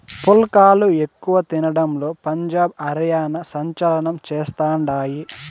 పుల్కాలు ఎక్కువ తినడంలో పంజాబ్, హర్యానా సంచలనం చేస్తండాయి